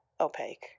opaque